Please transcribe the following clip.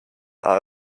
are